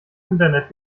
internet